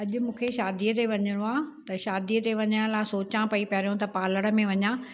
अॼु मूंखे शादीअ जे वञिणो आहे त शादीअ जे वञण लाइ सोचा पई पहिरियों त पार्लर में वञा